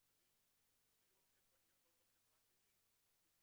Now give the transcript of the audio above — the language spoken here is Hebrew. אני תמיד מנסה לראות איפה אני יכול בחברה שלי לתרום,